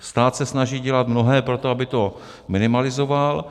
Stát se snaží dělat mnohé pro to, aby to minimalizoval.